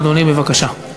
אדוני, בבקשה.